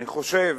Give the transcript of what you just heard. אני חושב